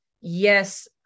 yes